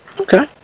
Okay